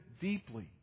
deeply